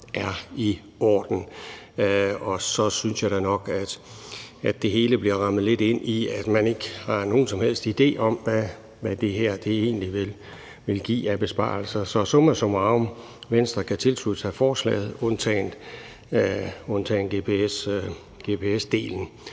er i orden. Og så synes jeg da nok, at det hele bliver rammet lidt ind af, at man ikke har nogen som helst idé om, hvad det her egentlig vil give af besparelser. Så summa summarum: Venstre kan tilslutte sig forslaget, undtagen gps-delen.